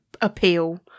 appeal